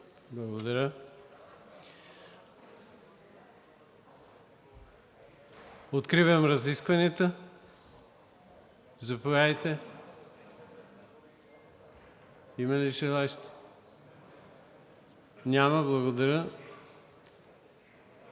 Благодаря. Откривам разискванията. Заповядайте. Има ли желаещи? Няма.